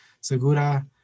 Segura